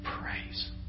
praise